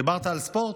דיברת על ספורט?